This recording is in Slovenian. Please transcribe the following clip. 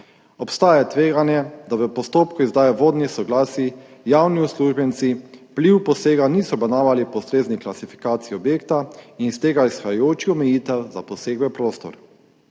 Obstaja tveganje, da v postopku izdaje vodnih soglasij javni uslužbenci vpliv posega niso obravnavali po ustrezni klasifikaciji objekta in iz tega izhajajočih omejitev za poseg v prostor.